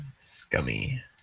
Scummy